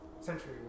century